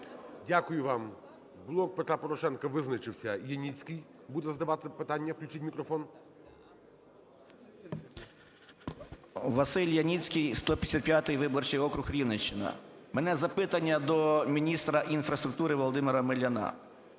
Дякую вам. "Блок Петра Порошенка" визначився:Яніцький буде задавати питання. Включіть мікрофон. 10:46:36 ЯНІЦЬКИЙ В.П. ВасильЯніцький, 155 виборчий округ, Рівненщина. У мене запитання до міністра інфраструктури Володимира Омеляна.